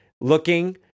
looking